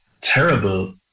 terrible